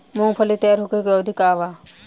मूँगफली तैयार होखे के अवधि का वा?